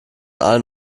allen